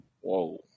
whoa